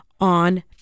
on